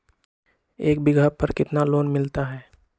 एक बीघा पर कितना लोन मिलता है?